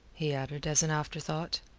he added as an afterthought,